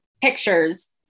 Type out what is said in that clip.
pictures